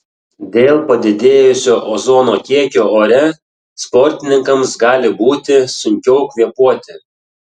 dėl padidėjusio ozono kiekio ore sportininkams gali būti sunkiau kvėpuoti